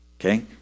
Okay